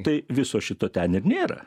tai viso šito ten ir nėra